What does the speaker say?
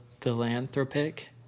philanthropic